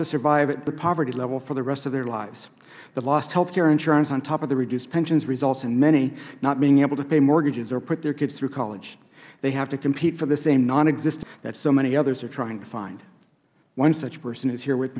near the poverty level for the rest of their lives the lost health care insurance on top of the reduced pensions results in many not being able to pay mortgages or put their kids through college they have to compete for the same nonexistent jobs that so many others are trying to find one such person is here with